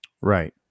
right